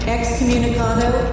Excommunicado